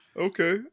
Okay